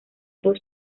dos